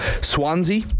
Swansea